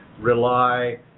rely